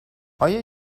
آیا